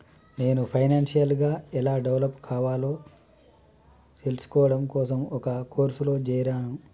నేను ఫైనాన్షియల్ గా ఎలా డెవలప్ కావాలో తెల్సుకోడం కోసం ఒక కోర్సులో జేరాను